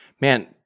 man